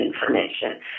information